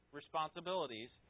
responsibilities